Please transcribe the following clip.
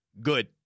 Good